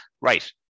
Right